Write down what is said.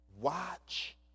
watch